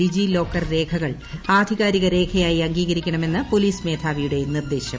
ഡിജി locker രേഖകൾ ആധികാരിക രേഖയായി അംഗീകരിക്കണമെന്ന് പോലീസ് മേധാവിയുടെ നിർദ്ദേശം